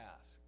ask